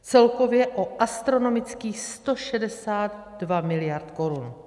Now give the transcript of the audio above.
Celkově o astronomických 162 mld. korun.